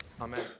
Amen